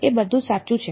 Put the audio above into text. એ બધું સાચું છે